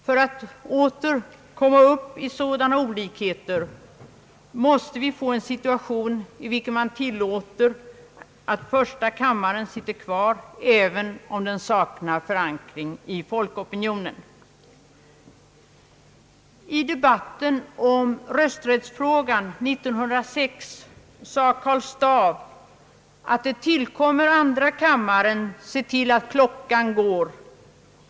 För att åter komma upp i sådana olikheter måste vi få en situation, i vilken man tillåter att första kammaren sitter kvar även om den saknar förankring i folkopinionen. I debatten om rösträttsfrågan år 1906 sade Karl Staaff, att det tillkommer andra kammaren att se till att klockan går.